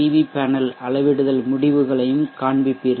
we panel அளவிடுதல் முடிவுகளையும் காண்பிப்பீர்கள்